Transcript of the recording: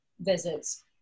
visits